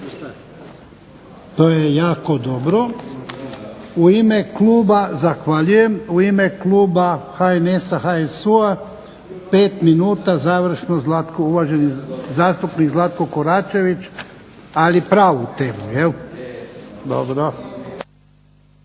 To je jako dobro. U ime Kluba HNS-a HSU-a 5 minuta završno uvaženi zastupnik Zlatko Koračević. Ali pravu temu, jel? Dobro.